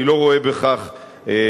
אני לא רואה בכך הפרטה,